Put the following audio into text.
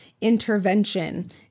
intervention